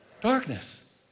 darkness